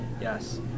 Yes